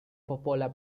popola